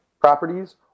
properties